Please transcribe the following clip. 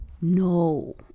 no